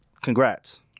congrats